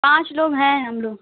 पाँच लोग हैं हम लोग